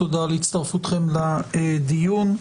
תודה על הצטרפותכם לדיון.